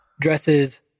dresses